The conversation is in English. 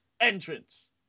entrance